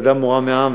אדם מורם מעם,